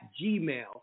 Gmail